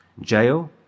jail